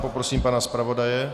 Poprosím pana zpravodaje.